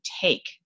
take